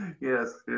yes